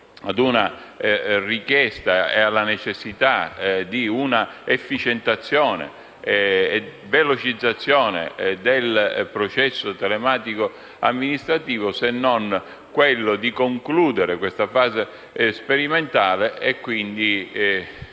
alla richiesta e alla necessità di efficientazione e velocizzazione del processo telematico amministrativo, occorre concludere la fase sperimentale e, quindi,